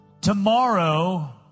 tomorrow